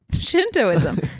shintoism